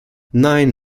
nein